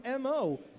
MO